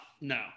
no